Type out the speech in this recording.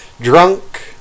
drunk